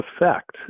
Effect